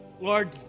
Lord